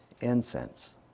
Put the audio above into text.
incense